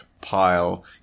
pile